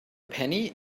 penny